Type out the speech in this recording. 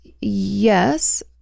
Yes